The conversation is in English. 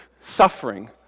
suffering